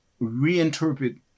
reinterpret